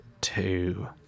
two